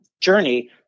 journey